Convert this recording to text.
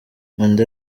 undi